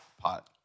pot